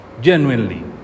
genuinely